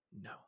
No